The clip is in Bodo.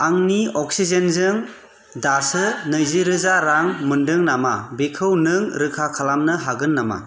आंनि अक्सिजेनजों दासो नैजिरोजा रां मोनदों नामा बेखौ नों रोखा खालामनो हागोन नामा